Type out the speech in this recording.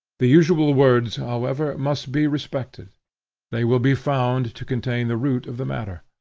the usual words, however, must be respected they will be found to contain the root of the matter.